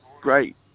great